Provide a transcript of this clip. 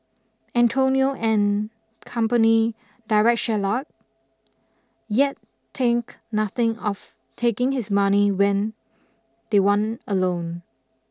Antonio and company Deride Shylock yet think nothing of taking his money when they want a loan